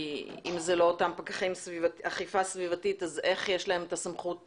כי אם זה לא אותם פקחי אכיפה סביבתית אז איך יש להם את הסמכות?